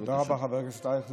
תודה רבה, חבר הכנסת אייכלר.